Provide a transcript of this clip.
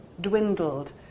dwindled